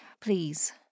please